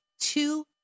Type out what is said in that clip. two